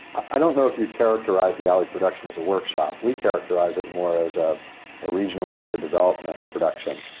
i don't know if you'd characterize the alley production as a workshop. we characterize it more as ah a regional theatre development production.